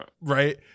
right